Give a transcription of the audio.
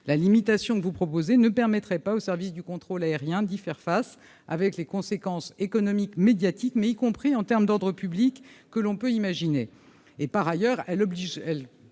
la limitation, vous proposez ne permettrait pas au service du contrôle aérien, d'y faire face, avec les conséquences économiques, médiatiques, mais y compris en terme d'ordre public que l'on peut imaginer et, par ailleurs elle oblige,